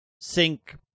sync